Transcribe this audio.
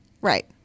Right